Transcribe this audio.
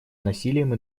насилием